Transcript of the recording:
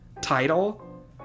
title